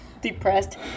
depressed